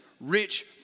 rich